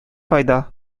файда